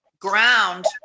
ground